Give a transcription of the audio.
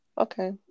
Okay